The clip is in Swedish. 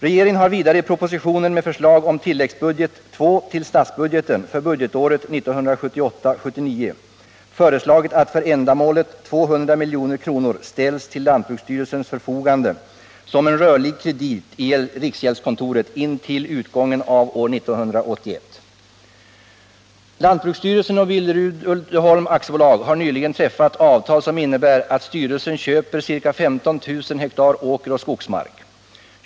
Regeringen har vidare i propositionen med förslag om tilläggsbudget II till statsbudgeten för budgetåret 1978/79 föreslagit att för ändamålet 200 milj.kr. ställs till lantbruksstyrelsens förfogande som en rörlig kredit i riksgäldskontoret intill utgången av år 1981. Lantbruksstyrelsen och Billerud-Uddeholm AB har nyligen träffat avtal som innebär att styrelsen köper ca 15000 ha åkeroch skogsmark.